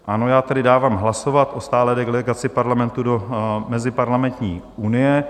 Ano, já tedy dávám hlasovat o stálé delegaci Parlamentu do Meziparlamentní unie.